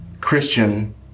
Christian